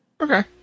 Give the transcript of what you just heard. Okay